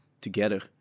together